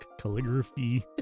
calligraphy